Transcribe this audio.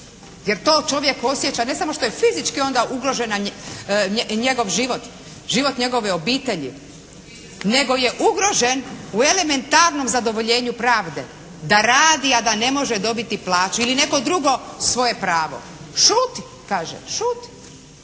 jer to čovjek osjeća. Ne samo što je fizički onda ugrožena njegov život, život njegove obitelji nego je ugrožen u elementarnom zadovoljenju pravde, da radi a da ne može dobiti plaću ili neko drugo svoje pravo. Šuti, kaže šuti.